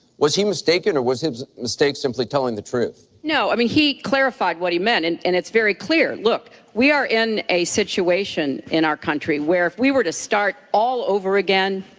was he mistaken or was his mistake simply telling the truth? clinton no. i mean, he clarified what he meant and and it's very clear. look, we are in a situation in our country where if we were to start all over again,